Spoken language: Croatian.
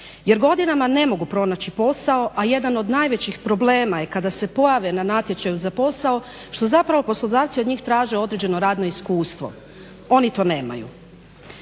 jer godinama ne mogu pronaći posao, a jedan od najvećih problema je kada se pojave na natječaju za posao što zapravo poslodavci od njih traže određeno radno iskustvo, oni to nemaju.